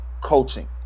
coaching